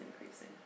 increasing